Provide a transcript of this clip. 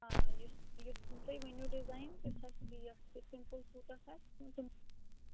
آ یُس تِم تُہۍ ؤنِو ڈِزایِن تِژھ آسہِ ریٹ تہِ سِمپٕل سوٗٹَس آسہِ تِم